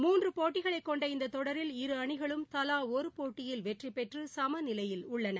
மூன்று போட்டிகளைக் கொண்ட இந்த தொடரில் இரு அணிகளும் தலா ஒரு போட்டியில் வெற்றிபெற்று சம நிலையில் உள்ளன